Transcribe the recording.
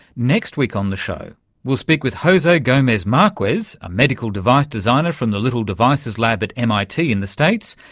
next week on the show we'll speak with jose gomez marquez, a medical device designer from the little devices lab at mit in the states.